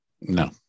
No